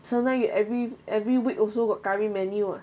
sometime you every every week also got curry menu [what]